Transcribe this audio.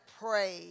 pray